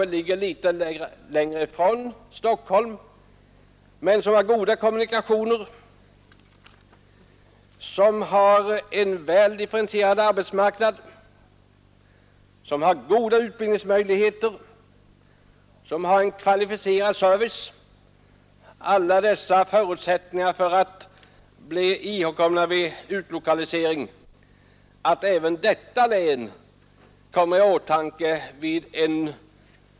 Det ligger visserligen litet längre ifrån Stockholm men har goda kommunikationer, en väl differentierad arbetsmarknad, goda utbildningsmöjligheter och kan ge kvalificerad service. Det har alla förutsättningar för att bli ihågkommet.